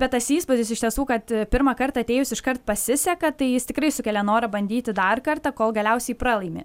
bet tas įspūdis iš tiesų kad pirmą kartą atėjus iškart pasiseka tai jis tikrai sukelia norą bandyti dar kartą kol galiausiai pralaimi